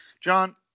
John